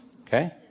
Okay